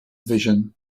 vision